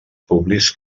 públics